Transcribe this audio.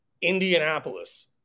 Indianapolis